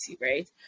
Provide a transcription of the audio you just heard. right